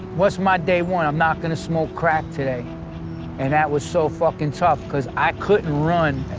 what's my day one? i'm not gonna smoke crack today and that was so fucking tough, because i couldn't run,